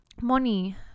Money